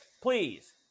please